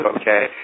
okay